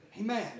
Amen